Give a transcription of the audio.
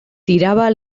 tiraba